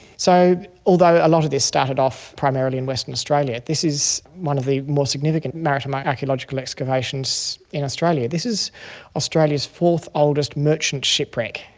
so although a lot of this started off primarily in western australia, this is one of the more significant maritime ah archaeological excavations in australia. this is australia's fourth oldest merchant shipwreck.